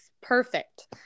perfect